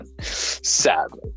Sadly